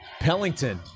Pellington